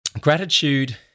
Gratitude